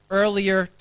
earlier